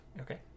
okay